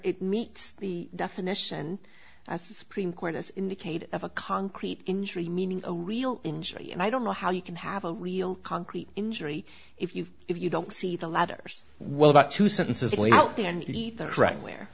it meets the definition as the supreme court has indicated of a concrete injury meaning a real injury and i don't know how you can have a real concrete injury if you if you don't see the letters well about two sentences lay out the end either right where